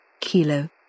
Kilo